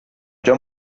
già